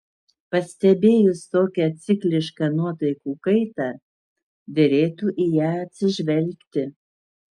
pastebėjus tokią ciklišką nuotaikų kaitą derėtų į ją atsižvelgti